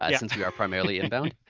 ah since we are primarily inbound.